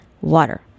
Water